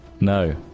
No